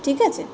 ঠিক আচে